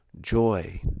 joy